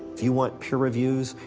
you want peer reviews,